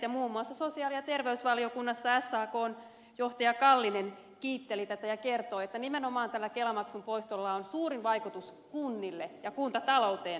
muun muassa sosiaali ja terveysvaliokunnassa sakn johtaja kallinen kiitteli tätä ja kertoi että nimenomaan kelamaksun poistolla on suurin vaikutus kunnille ja kuntatalouteen ed